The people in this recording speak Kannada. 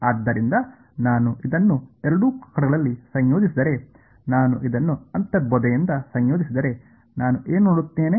ಆದ್ದರಿಂದ ನಾನು ಇದನ್ನು ಎರಡೂ ಕಡೆಗಳಲ್ಲಿ ಸಂಯೋಜಿಸಿದರೆ ನಾನು ಇದನ್ನು ಅಂತರ್ಬೋಧೆಯಿಂದ ಸಂಯೋಜಿಸಿದರೆ ನಾನು ಏನು ನೋಡುತ್ತೇನೆ